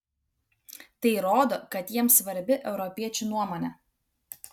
tai rodo kad jiems svarbi europiečių nuomonė